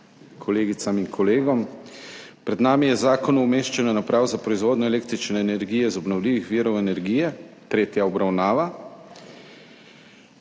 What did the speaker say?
kolegicam in kolegom! Pred nami je Zakon o umeščanju naprav za proizvodnjo električne energije iz obnovljivih virov energije - tretja obravnava.